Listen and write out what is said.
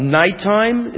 nighttime